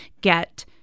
get